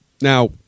Now